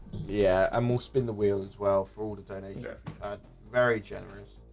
yeah, i'm all spin the wheels as well for all the donator very generous,